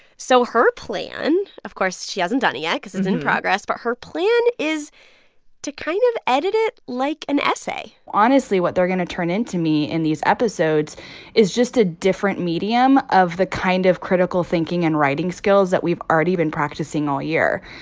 so her plan of course, she hasn't done it yet cause it's in progress but her plan is to kind of edit it like an essay honestly, what they're going to turn in to me in these episodes is just a different medium of the kind of critical thinking and writing skills that we've already been practicing all year.